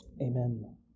Amen